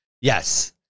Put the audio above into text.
Yes